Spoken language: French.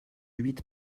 huit